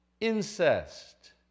incest